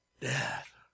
Death